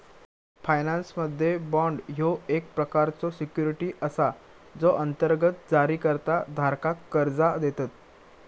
फायनान्समध्ये, बाँड ह्यो एक प्रकारचो सिक्युरिटी असा जो अंतर्गत जारीकर्ता धारकाक कर्जा देतत